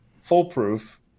foolproof